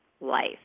life